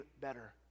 better